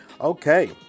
Okay